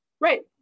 Right